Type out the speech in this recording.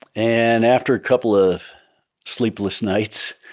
and after a couple of sleepless nights,